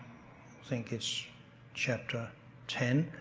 think it's chapter ten,